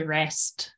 rest